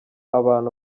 abantu